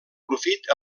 profit